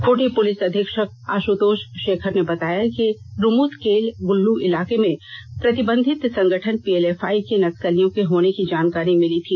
Khunti police अधीक्षक आशुतोष शेखर ने बताया कि रुमुतकेल गुल्लू इलाके में प्रतिबंधित संगठन पीएलएफआई के नक्सलियों के होने की जानकारी मिली थी